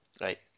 right